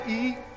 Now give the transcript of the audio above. eat